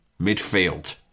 midfield